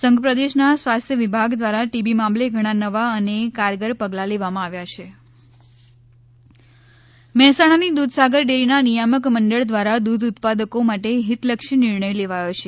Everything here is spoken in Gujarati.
સંઘપ્રદેશના સ્વાસ્થ્ય વિભાગ દ્વારા ટીબી મામલે ઘણા નવા અને કારગર પગલાં લેવામાં આવ્યાં છે દૂધસાગર ડેરી મહેસાણાની દ્રધસાગર ડેરીના નિયામક મંડળ દ્વારા દ્રધ ઉત્પાદકો માટે હિતલક્ષી નિર્ણય લેવાયો છે